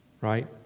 Right